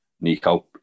Nico